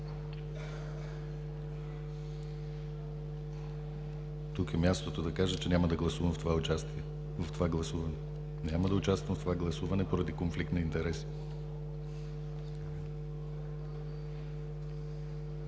Тук е мястото да кажа, че няма да участвам в това гласуване. Няма да участвам в това гласуване поради конфликт на интереси.